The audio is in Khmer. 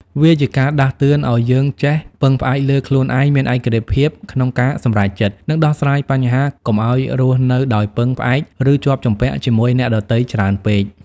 វាជាការដាស់តឿនឲ្យយើងចេះពឹងផ្អែកលើខ្លួនឯង មានឯករាជ្យភាពក្នុងការសម្រេចចិត្ត និងដោះស្រាយបញ្ហា កុំឲ្យរស់នៅដោយពឹងផ្អែក ឬជាប់ជំពាក់ជាមួយអ្នកដទៃច្រើនពេក។